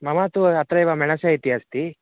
मम तु अत्रैव मेणसे इति अस्ति